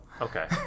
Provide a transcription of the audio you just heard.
Okay